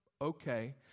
okay